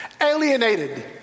alienated